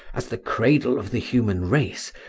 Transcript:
as the cradle of the human race,